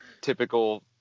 Typical